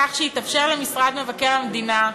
כך שיתאפשר למשרד מבקר המדינה,